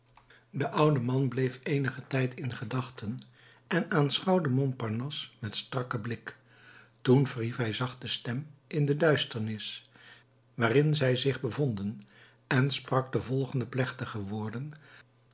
de oude man bleef eenigen tijd in gedachten en aanschouwde montparnasse met strakken blik toen verhief hij zacht de stem in de duisternis waarin zij zich bevonden en sprak de volgende plechtige woorden